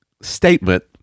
statement